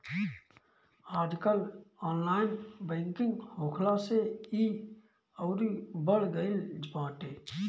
आजकल online banking होखला से इ अउरी बढ़ गईल बाटे